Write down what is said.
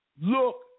look